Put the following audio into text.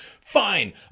Fine